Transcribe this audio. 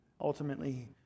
ultimately